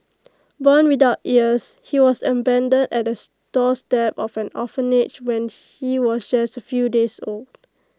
born without ears he was abandoned at the doorstep of an orphanage when he was just A few days old